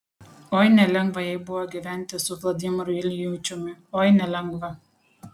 oi nelengva jai buvo gyventi su vladimiru iljičiumi oi nelengva